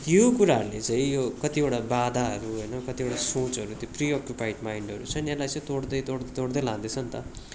यो कुराहरूले चाहिँ यो कतिवटा बाधाहरू होइन कतिवटा सोचहरू त्यो प्रि अकुपाइड माइन्डहरू छ नि यसलाई चाहिँ तोड्दै तोड्दै तोड्दै लाँदैछ नि त